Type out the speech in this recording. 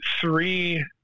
three